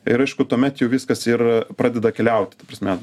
ir aišku tuomet jau viskas ir pradeda keliaut ta prasme